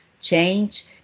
change